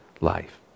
life